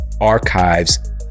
Archives